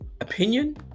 opinion